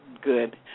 Good